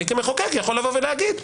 אני כמחוקק יכול לבוא ולהגיד,